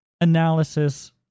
analysis